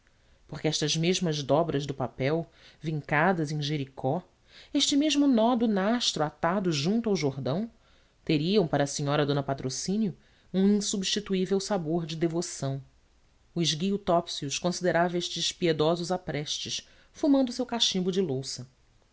porque estas mesmas dobras do papel vincadas em jericó este mesmo nó do nastro atado junto ao jordão teriam para a senhora d patrocínio um insubstituível sabor de devoção o esguio topsius considerava estes piedosos aprestos fumando o seu cachimbo de louça